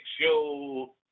Show